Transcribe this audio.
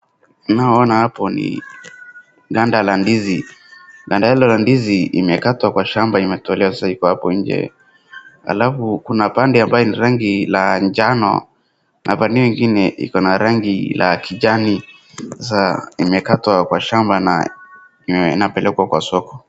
Tunaoona hapo ni ganda la ndizi na ganda la ndizi imekatwa kwa shamba imetolewa sahii iko hapo nje, halafu kuna pande ambayo ni rangi la njano, na pande hiyo ingine iko na rangi ya kijani, sasa imekatwa kwa shamba na inapelekwa kwa soko.